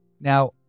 Now